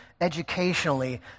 educationally